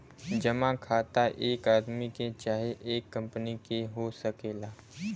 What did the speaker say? जमा खाता एक आदमी के चाहे एक कंपनी के हो सकेला